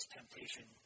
temptation